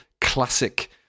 classic